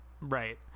right